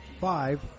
five